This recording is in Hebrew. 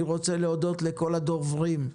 אני רוצה להודות לכל הדוברים,